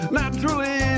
naturally